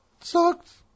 sucks